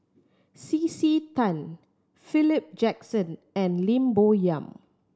C C Tan Philip Jackson and Lim Bo Yam